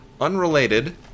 Unrelated